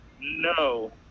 no